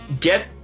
get